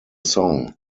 song